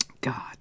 God